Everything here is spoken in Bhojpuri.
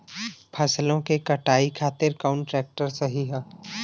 फसलों के कटाई खातिर कौन ट्रैक्टर सही ह?